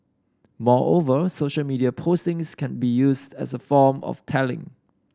moreover social media postings can be used as a form of tallying